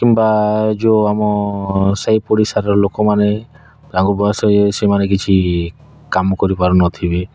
କିମ୍ବା ଯେଉଁ ଆମ ସାଇପଡ଼ିଶାର ଲୋକମାନେ ତାଙ୍କୁ ବୟସ ହୋଇଯାଇଛି ସେମାନେ କିଛି କାମ କରି ପାରୁନଥିବେ